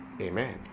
Amen